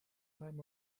time